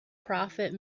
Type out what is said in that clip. profit